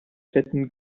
fetten